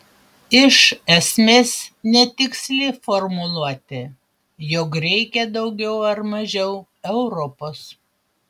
iš esmės netiksli formuluotė jog reikia daugiau ar mažiau europos